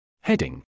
Heading